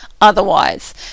otherwise